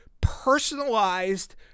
personalized